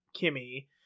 Kimmy